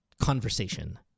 conversation